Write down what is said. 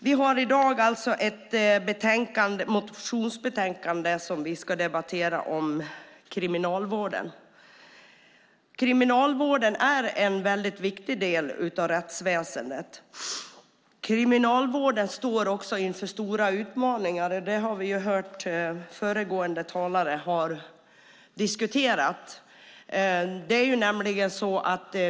Vi debatterar nu ett motionsbetänkande om kriminalvården. Kriminalvården är en väldigt viktig del av rättsväsendet. Kriminalvården står också inför stora utmaningar. Det har vi hört att föregående har talat om.